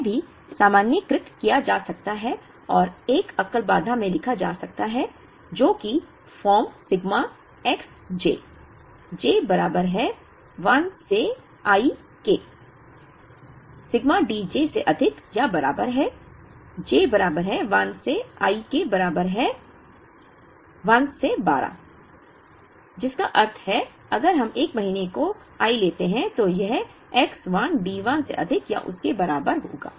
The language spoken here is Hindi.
यह भी सामान्यीकृत किया जा सकता है और एक एकल बाधा में लिखा जा सकता है जो कि form sigma x j j बराबर है 1 से I के सिग्मा D j से अधिक या बराबर है j बराबर है 1 से I के बराबर है 1 से 12 जिसका अर्थ है कि अगर हम 1 महीने को I लेते हैं तो यह X 1 D 1 से अधिक या उसके बराबर होगा